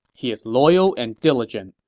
he is loyal and diligent,